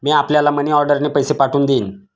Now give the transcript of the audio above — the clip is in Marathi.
मी आपल्याला मनीऑर्डरने पैसे पाठवून देईन